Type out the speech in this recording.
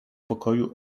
pokoju